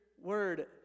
word